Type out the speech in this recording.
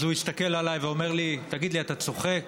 הוא הסתכל עליי ואמר לי: תגיד לי, אתה צוחק?